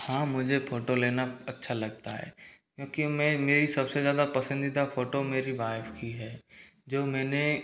हाँ मुझे फोटो लेना अच्छा लगता है क्योंकि मैं मेरी सबसे ज़्यादा पसंदीदा फोटो मेरी वाइफ की है जो मैंने